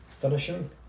finishing